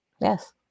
Yes